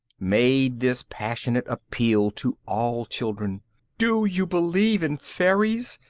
made this passionate appeal to all children do you believe in fairies?